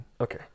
okay